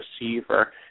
receiver